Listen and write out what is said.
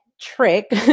trick